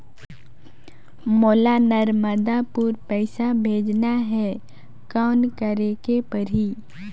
मोला नर्मदापुर पइसा भेजना हैं, कौन करेके परही?